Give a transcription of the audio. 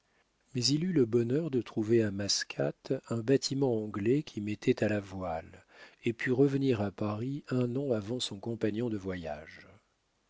mais il eut le bonheur de trouver à mascate un bâtiment anglais qui mettait à la voile et put revenir à paris un an avant son compagnon de voyage